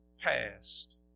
past